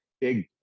big